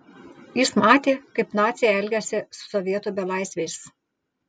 jis matė kaip naciai elgiasi su sovietų belaisviais